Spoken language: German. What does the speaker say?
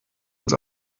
ins